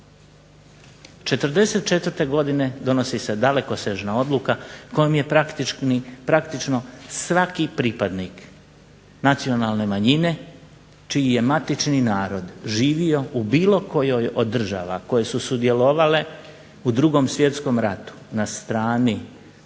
'44. godine donosi se dalekosežna odluka kojom je praktično svaki pripadnik nacionalne manjine čiji je matični narod živio u bilo kojoj od država koje su sudjelovale u Drugom svjetskom ratu na strani